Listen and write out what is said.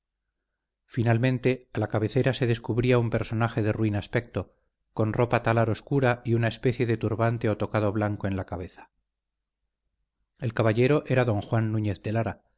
finalmente a la cabecera se descubría un personaje de ruin aspecto con ropa talar oscura y una especie de turbante o tocado blanco en la cabeza el caballero era don juan núñez de lara